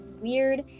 weird